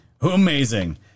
Amazing